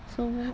so